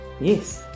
yes